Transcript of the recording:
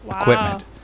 equipment